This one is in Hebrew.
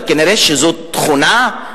כנראה זאת תכונה,